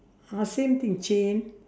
ah same thing chain